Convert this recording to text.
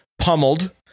pummeled